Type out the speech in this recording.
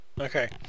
Okay